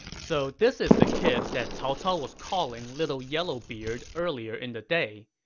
so this is the kid that cao cao was calling little yellowbeard earlier in the day.